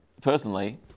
Personally